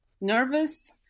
nervous